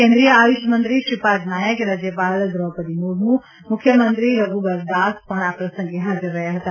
કેન્દ્રિય આયુષમંત્રી શ્રીપાદ નાઇક રાજ્યપાલ ક્રોપદી મુર્મુ મુખ્યમંત્રી રધુબરદાસ પણ આ પ્રસંગે ફાજર રહ્યા હતા